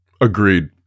Agreed